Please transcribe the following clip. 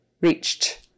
Reached